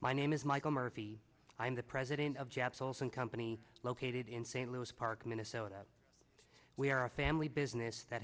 my name is michael murphy i'm the president of jap souls and company located in st louis park minnesota we are a family business that